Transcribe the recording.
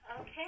Okay